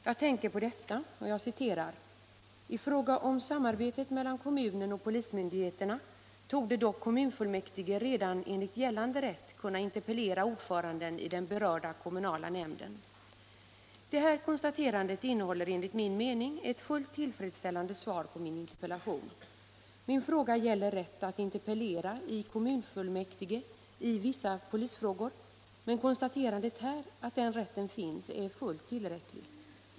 Jag tänker på detta: ”I fråga om samarbetet mellan kommunen och polismyndigheterna torde dock kommunfullmäktig redan enligt gällande rätt kunna interpellera ordföranden i den berörda kommunala nämnden.” Det här konstaterandet innehåller enligt min mening ett fullt tillfredsställande svar på min interpellation. Min fråga gäller rätt ati interpellera i kommunfullmäktige i vissa polisfrågor, men konstaterandet här att den rätten finns är fullt tillräckligt.